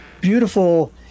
beautiful